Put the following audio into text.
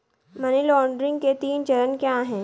Money laundering के तीन चरण क्या हैं?